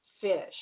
fish